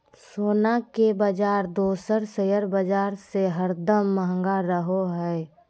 सोना के बाजार दोसर शेयर बाजार से हरदम महंगा रहो हय